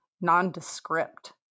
Nondescript